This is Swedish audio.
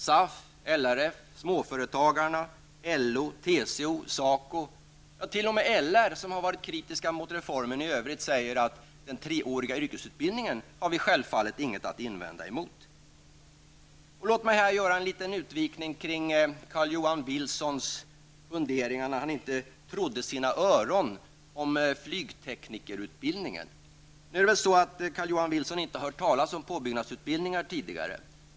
SAF, LRF, småföretagarna, LO, TCO, SACO och t.o.m. LR som har varit kritiska mot reformen i övrigt säger att den treåriga yrkesutbildningen har man ingenting att invända emot. Låt mig här göra en liten utvikning kring Carl-Johan Wilsons funderingar. Han sade att han inte trodde sina öron när det gäller flygteknikerutbildningen. Då har Carl-Johan Wilson inte hört talas om påbyggnadsutbildning tidigare.